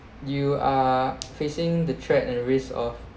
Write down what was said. you are facing the threat and risk of